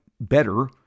better